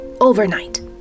overnight